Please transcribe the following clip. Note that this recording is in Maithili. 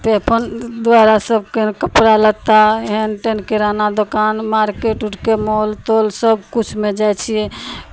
पे फोन द्वारा सभके कपड़ा लत्ता हेन टेन किराना दोकान मार्केट उर्केट माॅल तॉल सभकिछुमे जाइ छियै